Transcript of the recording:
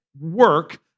work